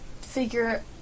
figure